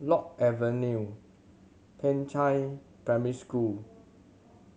Lock Avenue Peicai Secondary School